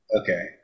Okay